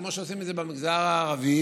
כמו שעושים את זה במגזר הערבי,